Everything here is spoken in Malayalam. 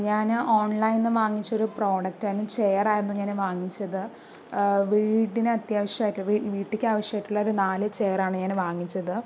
ഞാൻ ഓണ്ലൈനില് നിന്നും വാങ്ങിച്ച ഒരു പ്രോഡക്റ്റ് ആണ് ചെയര് ആയിരുന്നു ഞാന് വാങ്ങിച്ചത് വീടിന് അത്യാവശ്യം ആയിട്ട് വീട്ടിലേക്ക് ആവശ്യമായിട്ടുള്ള ഒരു നാല് ചെയറാണ് ഞാന് വാങ്ങിച്ചത്